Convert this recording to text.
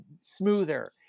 smoother